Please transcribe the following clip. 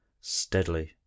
steadily